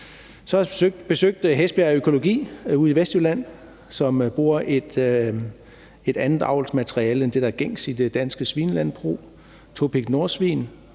jeg besøgt Hestbjerg Økologi ude i Vestjylland, som bruger et andet avlsmateriale end det, der er gængs i det danske svinelandbrug, nemlig Topigs Norsvin,